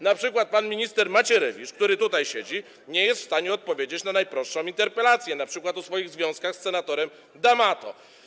Na przykład pan minister Macierewicz, który tutaj siedzi, nie jest w stanie odpowiedzieć na najprostszą interpelację, np. o swoich związkach z senatorem D’Amato.